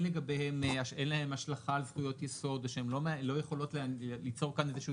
להם השלכה על זכויות יסוד ושהם לא יכולות ליצור כאן איזשהו